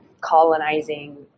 colonizing